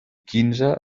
quinze